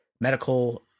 medical